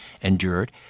endured